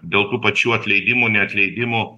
dėl tų pačių atleidimų neatleidimų